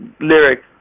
lyrics